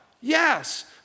Yes